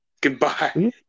Goodbye